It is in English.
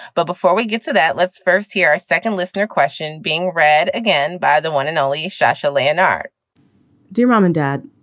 but before we get to that, let's first hear our second listener question being read again by the one and only shasha lanard dear mom and dad,